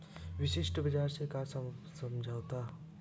विशिष्ट बजार से का समझथव?